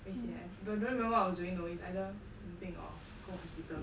very sian but I don't remember what I was doing though it's either 生病 or go hospital